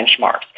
benchmarks